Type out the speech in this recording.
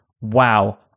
wow